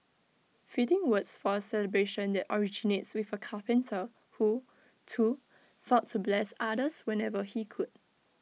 fitting words for A celebration that originates with A carpenter who too sought to bless others whenever he could